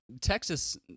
Texas